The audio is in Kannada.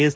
ಎಸ್